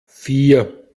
vier